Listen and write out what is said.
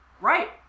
Right